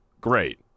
great